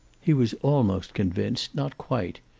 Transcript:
he was almost convinced, not quite.